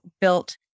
built